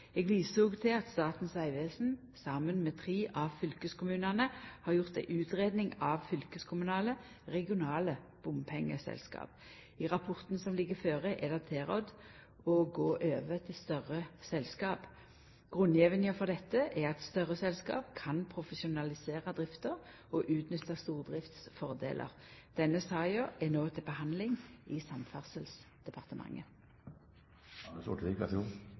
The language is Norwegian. Eg viser òg til at Statens vegvesen, saman med tre av fylkeskommunane, har gjort ei utgreiing av fylkeskommunale/regionale bompengeselskap. I rapporten som ligg føre, er det tilrådd å gå over til større selskap. Grunngjevinga for dette er at større selskap kan profesjonalisera drifta og utnytta stordriftsfordelar. Denne saka er no til behandling i Samferdselsdepartementet.